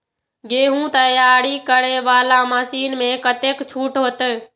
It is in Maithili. गेहूं तैयारी करे वाला मशीन में कतेक छूट होते?